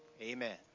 Amen